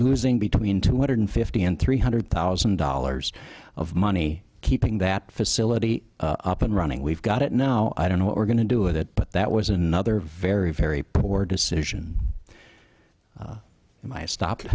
losing between two hundred fifty and three hundred thousand dollars of money keeping that facility up and running we've got it no i don't know what we're going to do with it but that was another very very poor decision and i stopped